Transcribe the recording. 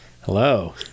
Hello